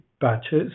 batches